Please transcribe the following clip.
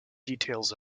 details